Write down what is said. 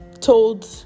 told